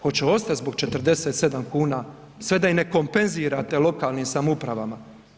Hoće ostati zbog 47 kuna sve da i ne kompenzirate lokalnim samoupravama?